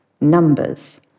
numbers